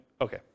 Okay